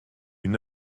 une